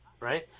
right